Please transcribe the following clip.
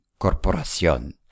Corporación